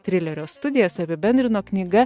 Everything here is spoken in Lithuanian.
trilerio studijas apibendrino knyga